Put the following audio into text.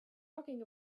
talking